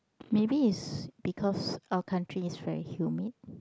maybe is because our country is very humid